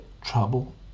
trouble